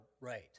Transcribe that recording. right